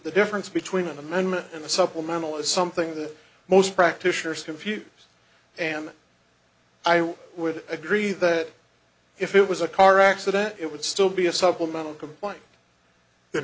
the difference between an amendment and the supplemental is something that most practitioners have you and i would agree that if it was a car accident it would still be a supplemental complain